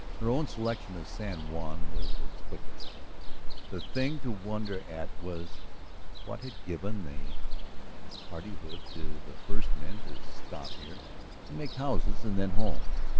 her own selection of san juan was explicable the thing to wonder at was what had given the hardihood to the first men to stop here and make houses and then homes?